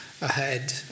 ahead